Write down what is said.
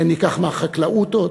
האם ניקח מחקלאות עוד?